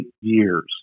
years